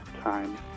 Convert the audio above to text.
time